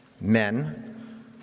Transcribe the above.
men